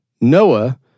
Noah